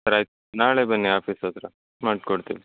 sir ಆಯಿತು ನಾಳೆ ಬನ್ನಿ ಆಫೀಸ್ ಹತ್ತಿರ ಮಾಡಿಕೊಡ್ತೀನಿ